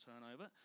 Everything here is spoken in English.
turnover